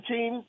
Team